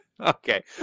Okay